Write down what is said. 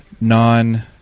non